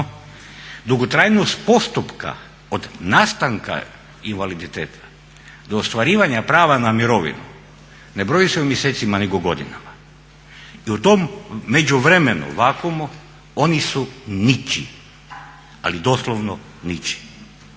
dugotrajnost postupka od nastanka invaliditeta do ostvarivanja prava na mirovinu ne broji se u mjesecima nego godinama. I u tom međuvremenu vakuumu oni su ničiji, ali doslovno ničiji.